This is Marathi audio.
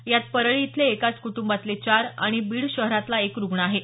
यात परळी इथले एकाच कुटुंबातले चार आणि बीड शहरातला एक रुग्ण आहे